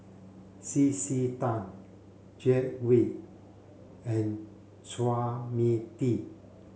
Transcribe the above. C C Tan Glen Goei and Chua Mia Tee